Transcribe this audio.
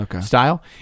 style